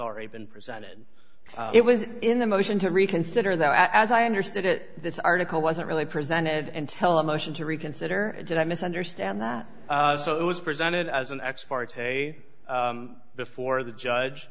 already been presented it was in the motion to reconsider that as i understood it this article wasn't really presented and tell a motion to reconsider it did i misunderstand that so it was presented as an ex parte before the judge